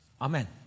Amen